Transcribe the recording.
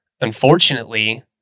unfortunately